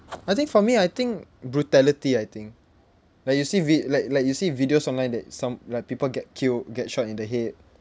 I think for me I think brutality I think like you see vid~ like like you see videos online that some like people get killed get shot in the head